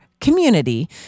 community